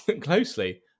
closely